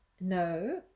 no